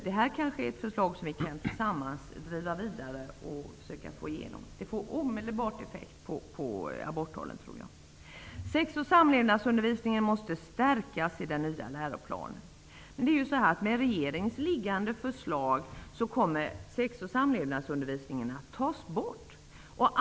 Det här är ett förslag som vi kanske tillsammans kan driva vidare och försöka få igenom. Det får omedelbart effekt på aborttalen, tror jag. Sex och samlevnadsundervisningen måste stärkas i den nya läroplanen. Med regeringens liggande förslag kommer sex och samlevnadsundervisningen att tas bort.